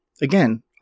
Again